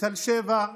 בתל שבע,